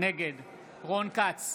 נגד רון כץ,